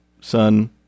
son